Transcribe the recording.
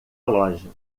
loja